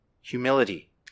Humility